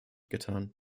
getan